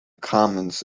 comments